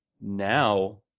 now